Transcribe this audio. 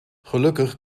gelukkig